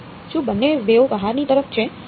શું બંને વેવ બહારની તરફ છે